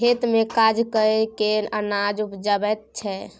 खेत मे काज कय केँ अनाज उपजाबै छै